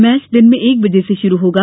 match दिन में एक बजे से शुरू होगा